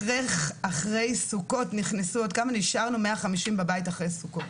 אחרי סוכות נכנסו עוד ונשארנו 150 בבית אחרי סוכות